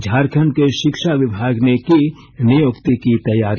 झारखंड के शिक्षा विभाग ने की नियुक्ति की तैयारी